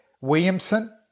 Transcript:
Williamson